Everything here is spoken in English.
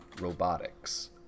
robotics